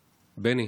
בני,